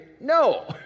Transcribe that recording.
no